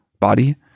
body